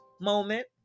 moment